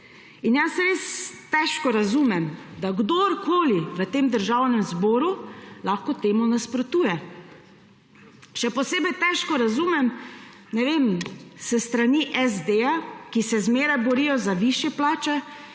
evrov. Res težko razumem, da kdorkoli v tem državnem zboru lahko temu nasprotuje, še posebej težko razumem, ne vem, s strani SD, ki se zmeraj borijo za višje plače,